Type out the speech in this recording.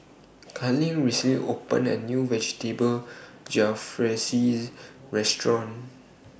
Carlene recently opened A New Vegetable Jalfrezi Restaurant